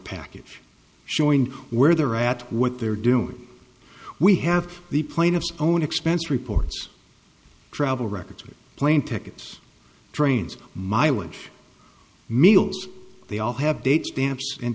package showing where they're at what they're doing we have the plane of own expense reports travel records plane tickets trains mileage meals they all have date stamps and